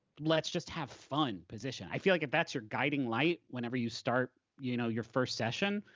let's just have fun position. i feel like if that's your guiding light whenever you start you know your first session,